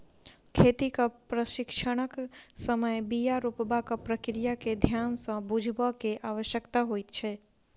खेतीक प्रशिक्षणक समय बीया रोपबाक प्रक्रिया के ध्यान सँ बुझबअ के आवश्यकता होइत छै